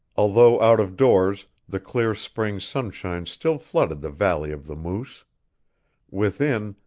although out of doors the clear spring sunshine still flooded the valley of the moose within,